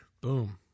Boom